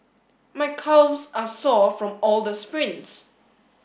my calves are sore from all the sprints